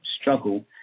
struggle